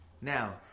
Now